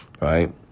right